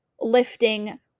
lifting